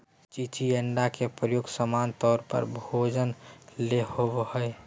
चिचिण्डा के प्रयोग सामान्य तौर पर भोजन ले होबो हइ